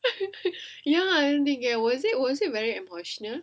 ya ஏன் அழுதீங்க:yaen alutheenga was it was it very emotional